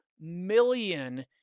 million